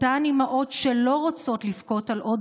אותן אימהות שלא רוצות לבכות על עוד